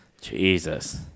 Jesus